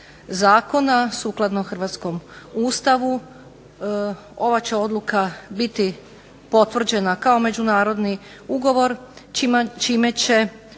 Zakona sukladno Hrvatskom ustavu ova će Odluka biti potvrđena kao međunarodni ugovor čime će